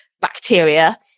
bacteria